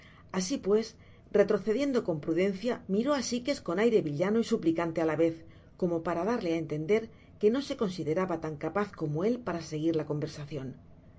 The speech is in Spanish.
asi pues retrocediendo con prudencia miro á sikes con aire villano y suplicante á la vez como para darle á entender que no se consideraba tan capaz como él para seguir la conversacion